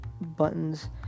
buttons